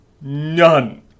None